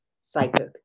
psychic